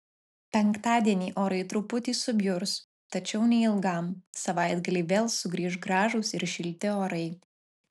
penktadienį orai truputį subjurs tačiau neilgam savaitgalį vėl sugrįš gražūs ir šilti orai